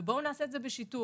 בואו נעשה את זה בשיתוף.